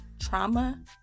trauma